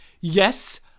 Yes